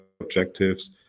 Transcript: objectives